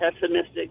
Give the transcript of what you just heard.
pessimistic